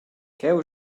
cheu